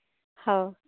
ᱦᱳᱭ